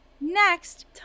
Next